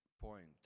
point